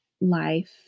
life